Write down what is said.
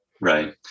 Right